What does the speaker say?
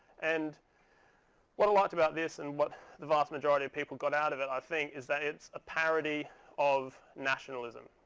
and what i liked about this and what the vast majority of people got out of it, i think, is that it's a parody of nationalism.